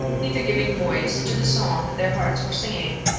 neither giving voice to the song their hearts were singing.